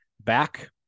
back